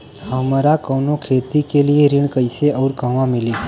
हमरा कवनो खेती के लिये ऋण कइसे अउर कहवा मिली?